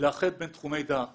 לאחד בין תחומי דעת